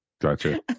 Gotcha